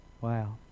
Wow